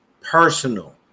personal